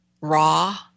raw